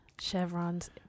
Chevron's